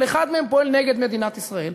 אבל אחד מהם פועל נגד מדינת ישראל.